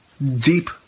deep